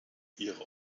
ihre